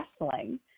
Wrestling –